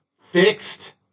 fixed